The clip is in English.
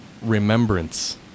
remembrance